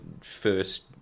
first